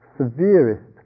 severest